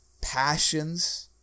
passions